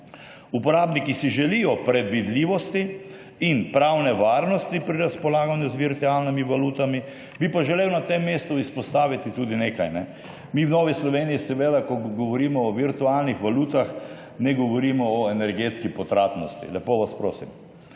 Uporabniki si želijo predvidljivosti in pravne varnosti pri razpolaganju z virtualnimi valutami. Bi pa želel na tem mestu izpostaviti tudi nekaj. Mi v Novi Sloveniji, ko govorimo o virtualnih valutah, seveda ne govorimo o energetski potratnosti, lepo vas prosim.